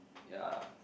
ya